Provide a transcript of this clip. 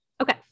Okay